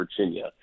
Virginia